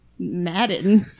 Madden